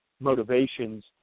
motivations